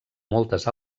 moltes